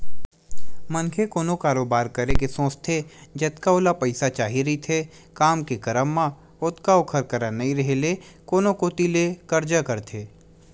मनखे कोनो भी कारोबार करे के सोचथे जतका ओला पइसा चाही रहिथे काम के करब म ओतका ओखर करा नइ रेहे ले कोनो कोती ले करजा करथे